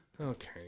Okay